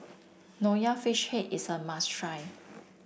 Nonya Fish Head is a must try